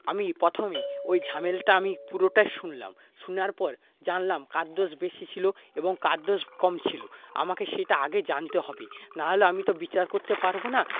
আমি প্রথমেই ওই ঝামেলাটা আমি পুরোটা শুনলাম শোনার পর জানলাম কার দোষ বেশি ছিল এবং কার দোষ কম ছিল আমাকে সেটা আগে জানতে হবে না হলে আমি তো বিচার করতে পারবো না